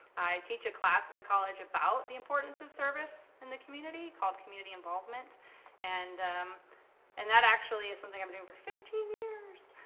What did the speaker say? i teach a class at the college about the importance of service in the community called community involvement and um and that actually is something i've been doing for fifteen years.